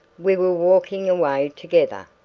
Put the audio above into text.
we were walking away together.